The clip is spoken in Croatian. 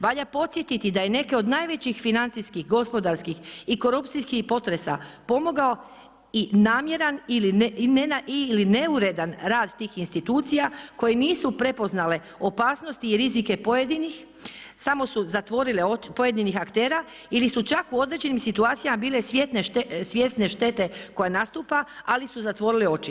Valja podsjetiti da je neke od najvećih financijskih, gospodarskih i korupcijskih potreba pomogao i namjeran ili neuredan rad tih institucija koje nisu prepoznale opasnosti i rizike pojedinih, samo su zatvorile oči, pojedinih aktera ili su čak u određenim situacijama bile svjesne štete koja nastupa ali su zatvorili oči.